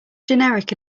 generic